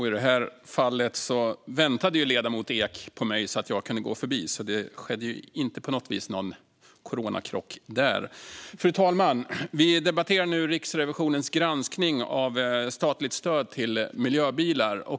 Fru talman! Vi debatterar nu Riksrevisionens granskning av statligt stöd till miljöbilar.